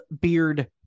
beard